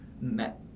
met